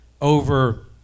over